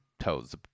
toes